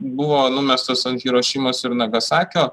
buvo numestos ant hirošimos ir nagasakio